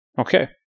Okay